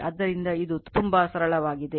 ಆದ್ದರಿಂದ ಇದು ತುಂಬಾ ಸರಳವಾಗಿದೆ